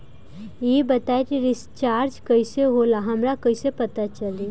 ई बताई कि रिचार्ज कइसे होला हमरा कइसे पता चली?